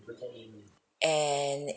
and